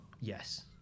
yes